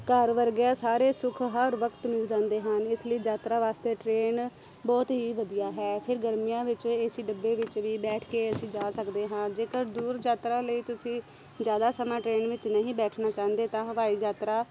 ਘਰ ਵਰਗਾ ਸਾਰੇ ਸੁੱਖ ਹਰ ਵਕਤ ਮਿਲ ਜਾਂਦੇ ਹਨ ਇਸ ਲਈ ਯਾਤਰਾ ਵਾਸਤੇ ਟ੍ਰੇਨ ਬਹੁਤ ਹੀ ਵਧੀਆ ਹੈ ਫਿਰ ਗਰਮੀਆਂ ਵਿੱਚ ਏ ਸੀ ਡੱਬੇ ਵਿੱਚ ਵੀ ਬੈਠ ਕੇ ਅਸੀਂ ਜਾ ਸਕਦੇ ਹਾਂ ਜੇਕਰ ਦੂਰ ਯਾਤਰਾ ਲਈ ਤੁਸੀਂ ਜ਼ਿਆਦਾ ਸਮਾਂ ਟ੍ਰੇਨ ਵਿੱਚ ਨਹੀਂ ਬੈਠਣਾ ਚਾਹੁੰਦੇ ਤਾਂ ਹਵਾਈ ਯਾਤਰਾ